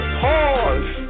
pause